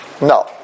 No